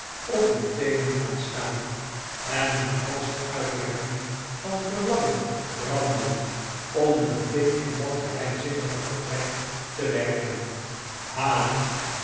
op hun teenen gaan staan en hun halzen uitrekken van verlangen brandend om een blik in dat geheimzinnige vertrek te werpen ha